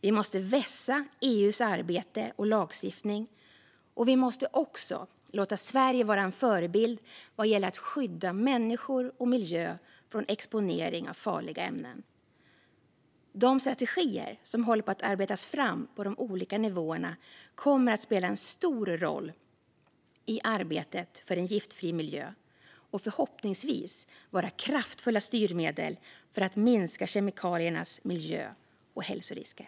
Vi måste vässa EU:s arbete och lagstiftning, och vi måste också låta Sverige vara en förebild vad gäller att skydda människor och miljö från exponering för farliga ämnen. De strategier som håller på att arbetas fram på de olika nivåerna kommer att spela en stor roll i arbetet för en giftfri miljö och förhoppningsvis vara kraftfulla styrmedel för att minska kemikaliernas miljö och hälsorisker.